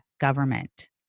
government